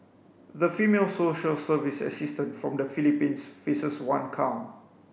the female social service assistant from the Philippines faces one count